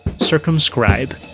Circumscribe